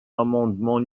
l’amendement